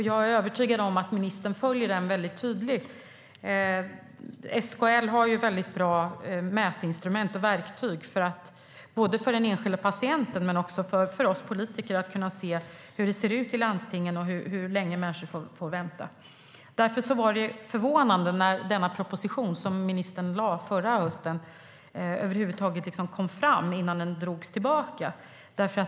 Jag är övertygad om att ministern följer det väldigt tydligt. SKL har ju väldigt bra mätinstrument och verktyg både för den enskilda patienten och för oss politiker så att vi ska kunna se hur det ser ut i landstingen och hur länge människor får vänta. Därför var det förvånande att den proposition som ministern lade fram förra hösten över huvud taget kom fram innan den drogs tillbaka.